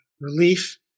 relief